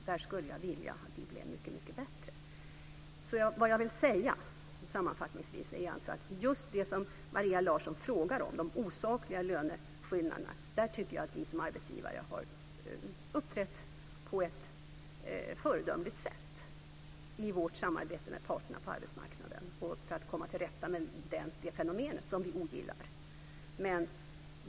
Där skulle jag vilja att vi blev mycket bättre. Just när det gäller det som Maria Larsson frågar om, dvs. de osakliga löneskillnaderna, har vi som arbetsgivare uppträtt på ett föredömligt sätt i vårt samarbete med parterna på arbetsmarknaden för att komma till rätta med det fenomen vi ogillar.